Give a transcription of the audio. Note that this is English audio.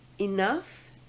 enough